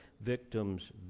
victims